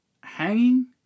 Hanging